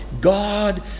God